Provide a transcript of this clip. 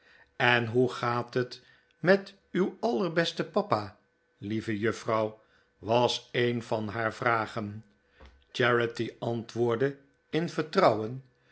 en hoe gaat het met uw allerbesten papa lieve juffrouw was een van haar vragen charity antwoordde in vertrouwen